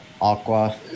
Aqua